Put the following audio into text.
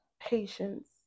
Patience